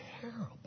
terrible